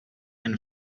and